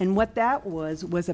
and what that was it was a